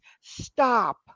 Stop